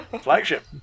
Flagship